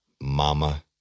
Mama